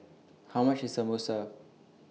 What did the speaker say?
How much IS Samosa